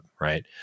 right